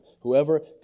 Whoever